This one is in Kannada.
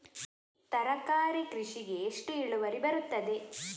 ತರಕಾರಿ ಕೃಷಿಗೆ ಎಷ್ಟು ಇಳುವರಿ ಬರುತ್ತದೆ?